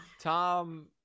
Tom